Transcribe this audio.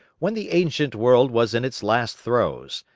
when the ancient world was in its last throes,